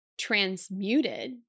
transmuted